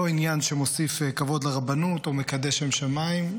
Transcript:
זה לא עניין שמוסיף כבוד לרבנות או מקדש שם שמיים.